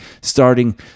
starting